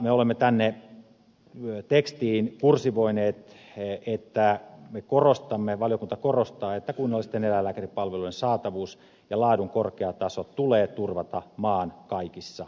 me olemme tänne tekstiin kursivoineet että me korostamme valiokunta korostaa että kunnallisten eläinlääkäripalvelujen saatavuus ja laadun korkea taso tulee turvata maan kaikissa osissa